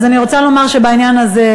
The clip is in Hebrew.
אז אני רוצה לומר שבעניין הזה,